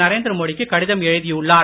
நரேந்திர மோடி க்கு கடிதம் எழுதியுள்ளார்